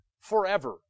forever